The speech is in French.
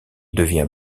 devient